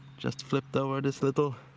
just flipped over this little